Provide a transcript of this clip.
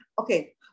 okay